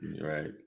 right